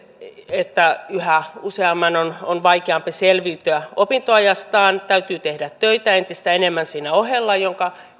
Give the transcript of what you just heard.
että yhä useamman on vaikeampi selviytyä opintoajastaan täytyy tehdä töitä entistä enemmän siinä ohella minkä